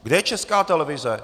Kde je Česká televize?